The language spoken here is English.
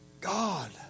God